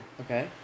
Okay